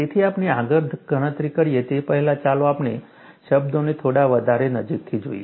તેથી આપણે આગળ ગણતરી કરીએ તે પહેલાં ચાલો આપણે શબ્દોને થોડા વધારે નજીકથી જોઈએ